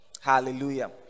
Hallelujah